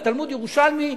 בתלמוד ירושלמי,